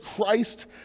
Christ